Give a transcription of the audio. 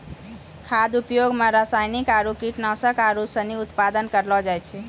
खाद्य उद्योग मे रासायनिक आरु कीटनाशक आरू सनी उत्पादन करलो जाय छै